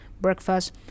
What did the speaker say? breakfast